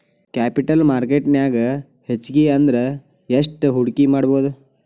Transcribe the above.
Capital market ನ್ಯಾಗ್ ಹೆಚ್ಗಿ ಅಂದ್ರ ಯೆಸ್ಟ್ ಹೂಡ್ಕಿಮಾಡ್ಬೊದು?